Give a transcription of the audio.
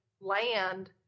land